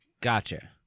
Gotcha